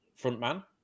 frontman